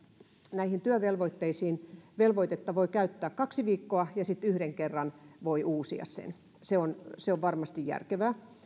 näihin työvelvoitteisiin velvoitetta voi käyttää kaksi viikkoa ja sitten yhden kerran voi uusia sen se on se on varmasti järkevää